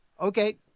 Okay